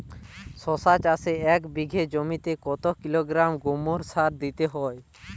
শশা চাষে এক বিঘে জমিতে কত কিলোগ্রাম গোমোর সার দিতে হয়?